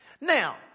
Now